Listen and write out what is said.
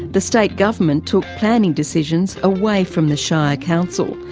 the state government took planning decisions away from the shire council,